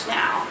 now